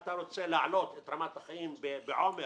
אתה רוצה להעלות את רמת החיים בעומר